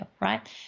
right